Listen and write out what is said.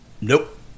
Nope